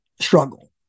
struggle